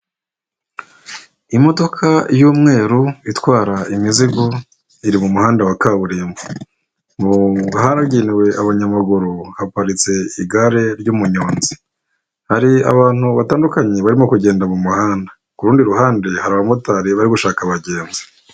Imodoka y'umweru itwara imizigo iri mu muhanda wa kaburimbo, hagenewe abanyamaguru haparitse igare ry'umuyonzi. Hari abantu batandukanye barimo kugenda mu muhanda, ku rundi ruhande hari abamotari bari gushaka abagenzi.